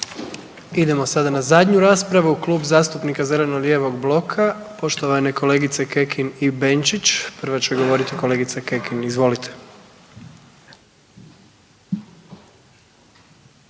Idemo sada na zadnju raspravu. Klub zastupnika Zeleno-lijevog bloka poštovane kolegice Kekin i Benčić. Prva će govoriti kolegica Kekin. Izvolite.